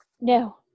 No